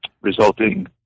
resulting